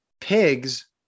pigs